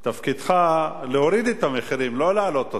תפקידך להוריד את המחירים ולא להעלות אותם,